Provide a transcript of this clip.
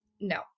no